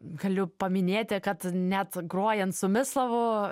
galiu paminėti kad net grojant su mislavu